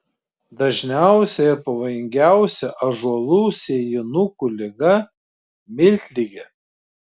dažniausia ir pavojingiausia ąžuolų sėjinukų liga miltligė